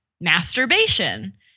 masturbation